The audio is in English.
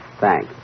Thanks